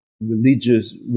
religious